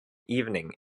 evening